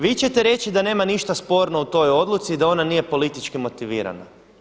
Vi ćete reći da nema ništa sporno u toj odluci, da ona nije politički motivirana.